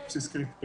על בסיס קריטריונים,